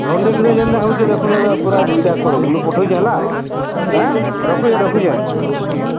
ଘଣ୍ଟେ ଭିତରେ ଯେମିତି ହେଉଛି ଦେଖନ୍ତୁ ପୁରା ଏଇଟା କରନ୍ତୁ ମୁଁ ପଠାଉଛି ହେଲା ହଁ ରଖୁଛି ରଖୁଛି